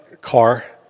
Car